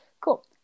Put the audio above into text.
cool